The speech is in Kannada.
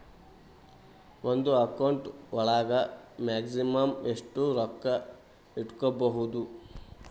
ಒಂದು ಅಕೌಂಟ್ ಒಳಗ ಮ್ಯಾಕ್ಸಿಮಮ್ ಎಷ್ಟು ರೊಕ್ಕ ಇಟ್ಕೋಬಹುದು?